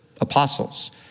apostles